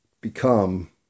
become